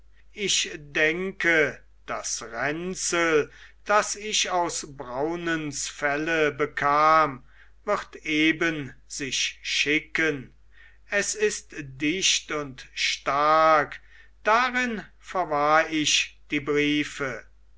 ich denke das ränzel das ich aus braunens felle bekam wird eben sich schicken es ist dicht und stark darin verwahr ich die briefe